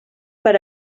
per